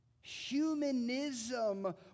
Humanism